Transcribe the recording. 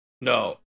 No